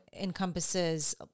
encompasses